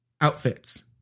outfits